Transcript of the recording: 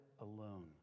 alone